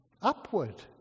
upward